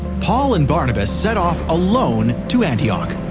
paul and barnabas set off alone to antioch.